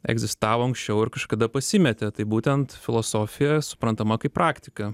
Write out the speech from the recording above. egzistavo anksčiau ir kažkada pasimetė tai būtent filosofija suprantama kaip praktika